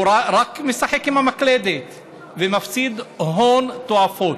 הוא רק משחק עם המקלדת ומפסיד הון תועפות.